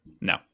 No